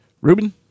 Ruben